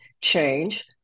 change